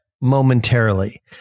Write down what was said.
momentarily